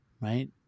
Right